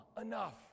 enough